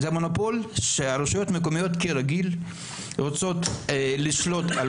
זה מונופול והרשויות המקומיות כרגיל רוצות לשלוט על